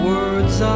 Words